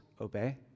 obey